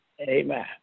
Amen